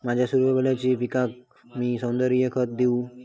माझ्या सूर्यफुलाच्या पिकाक मी सेंद्रिय खत देवू?